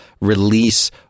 release